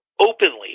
openly